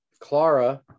Clara